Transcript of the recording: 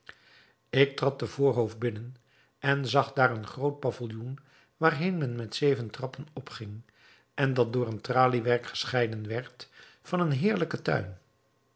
ik trad den voorhof binnen en zag daar een groot paviljoen waarheen men met zeven trappen opging en dat door een traliewerk gescheiden werd van een heerlijken tuin